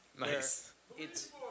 Nice